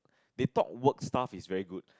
they talk work stuff is very good